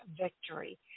victory